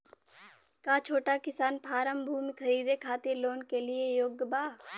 का छोटा किसान फारम भूमि खरीदे खातिर लोन के लिए योग्य बा?